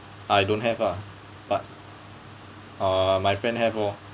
I don't have ah but uh my friend have lor